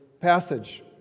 passage